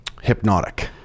hypnotic